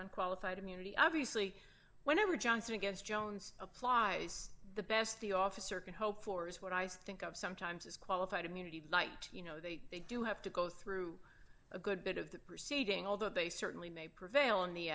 on qualified immunity obviously whenever johnson gets jones applies the best the officer can hope for is what i think of sometimes as qualified immunity tonight you know they do have to go through a good bit of the proceeding although they certainly may prevail in the